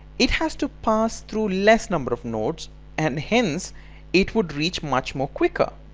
it has to pass through less number of nodes and hence it would reach much more quicker.